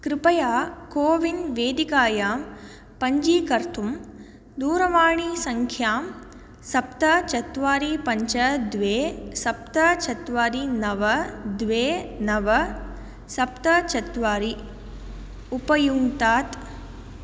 कृपया कोविन् वेदिकायां पञ्चीकर्तुं दूरवाणीसङ्ख्यां सप्त चत्वारि पञ्च द्वे सप्त चत्वारि नव द्वे नव सप्त चत्वारि उपयुङ्क्तात्